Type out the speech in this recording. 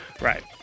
Right